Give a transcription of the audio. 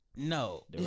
No